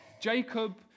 Jacob